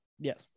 Yes